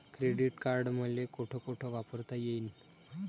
Credit card मले कोठ कोठ वापरता येईन?